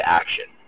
action